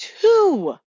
two